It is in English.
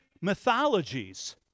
mythologies